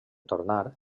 tornar